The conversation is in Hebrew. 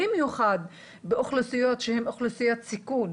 במיוחד באוכלוסיות שהן אוכלוסיות סיכון